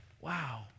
wow